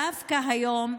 דווקא היום,